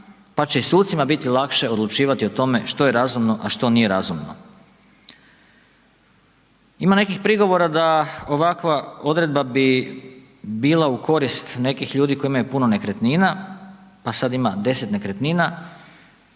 pa će i sucima biti lakše odlučivati o tome što je razumno, a što nije razumno. Ima nekih prigovora da ovakva odredba bi bila u korist nekih ljudi koji imaju puno nekretnina, pa sad ima 10 nekretnina,